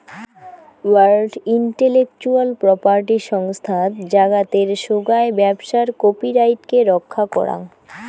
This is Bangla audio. ওয়ার্ল্ড ইন্টেলেকচুয়াল প্রপার্টি সংস্থাত জাগাতের সোগাই ব্যবসার কপিরাইটকে রক্ষা করাং